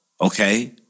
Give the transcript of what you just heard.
Okay